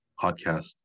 podcast